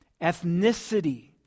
Ethnicity